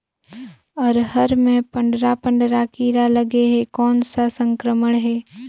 अरहर मे पंडरा पंडरा कीरा लगे हे कौन सा संक्रमण हे?